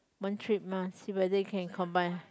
one trip mah see whether you can combine